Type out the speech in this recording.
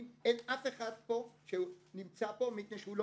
לא אוהב שמדברים על חיילי צה"ל ואומרים שהם לא